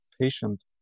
patient